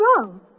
wrong